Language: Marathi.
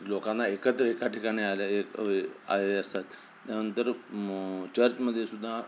लोकांना एकत्र एका ठिकाणी आल्या एक आहे असतात त्यानंतर चर्चमध्येसुद्धा